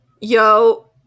Yo